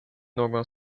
någon